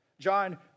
John